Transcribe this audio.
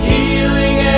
Healing